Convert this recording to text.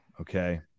Okay